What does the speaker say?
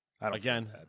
Again